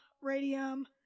Radium